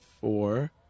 four